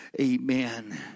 Amen